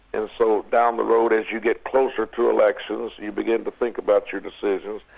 and so down the road as you get closer to elections, you begin to think about your decisions.